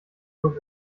natur